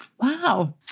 Wow